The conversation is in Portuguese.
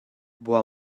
boa